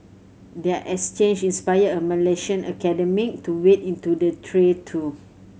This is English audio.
their exchange inspired a Malaysian academic to wade into the tray too